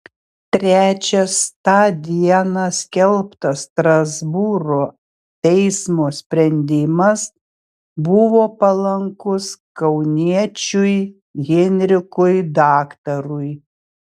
trečias tą dieną skelbtas strasbūro teismo sprendimas buvo palankus kauniečiui henrikui daktarui